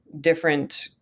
different